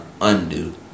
undo